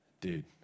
dude